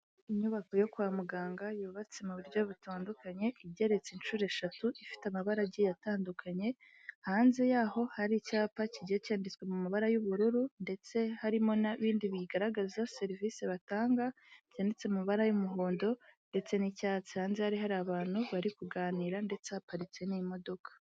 Inyubako yo kwa muganga yubatse mu buryo butandukanye, igereretse inshuro eshatu, ifite amabara agiye atandukanye, hanze yaho hari icyapa kigiye cyanditswe mu mabara y'ubururu ndetse harimo n'ibindi bigaragaza serivise batanga byanditse amabara y'umuhondo ndetse n'icyatsi, hanze hari hari abantu bari kuganira ndetse haparitse n'imodoka.